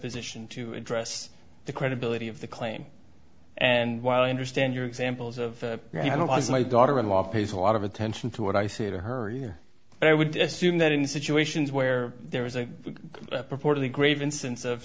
position to address the credibility of the claim and while i understand your examples of i don't want my daughter in law pays a lot of attention to what i say to her ear and i would assume that in situations where there is a purportedly grave instance of